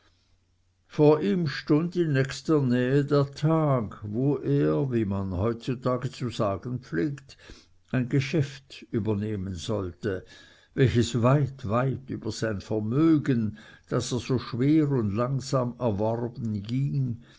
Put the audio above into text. vor ihm stund in nächster nähe der tag wo er wie man heutzutage zu sagen pflegt ein geschäft übernehmen sollte welches weit weit über sein vermögen das er so schwer und langsam erworben ging